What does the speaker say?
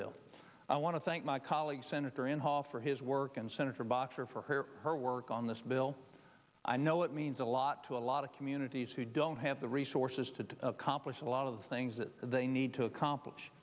bill i want to thank my colleague senator inhofe for his work and senator boxer for her work on this bill i know it means a lot to a lot of communities who don't have the resources to accomplish a lot of the things that they need to accomplish